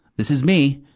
this is me.